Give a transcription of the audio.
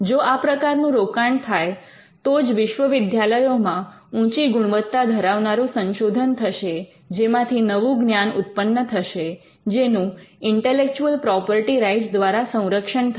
જો આ પ્રકારનું રોકાણ થાય તો જ વિશ્વવિદ્યાલયોમાં ઊંચી ગુણવત્તા ધરાવનારું સંશોધન થશે જેમાંથી નવું જ્ઞાન ઉત્પન્ન થશે જેનું ઇન્ટેલેક્ચુઅલ પ્રોપર્ટી રાઇટ્સ દ્વારા સંરક્ષણ થશે